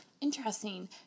Interesting